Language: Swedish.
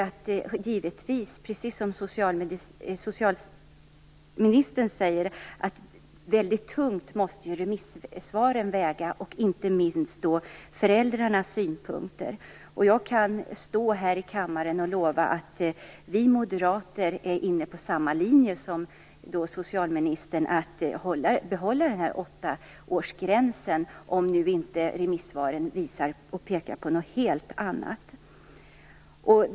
Jag tycker, precis som socialministern, att remissvaren, inte minst föräldrarnas synpunkter, måste väga väldigt tungt. Jag kan här i kammaren lova att vi moderater är inne på samma linje som socialministern, nämligen att behålla åttaårsgränsen, såvida inte remissvaren pekar på något helt annat.